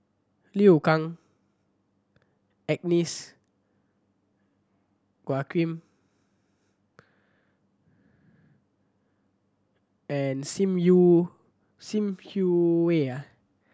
Liu Kang Agnes and Sim Hui